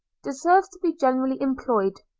deserves to be generally employed,